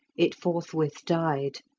it forthwith died.